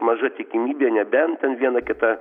maža tikimybė nebent ten viena kita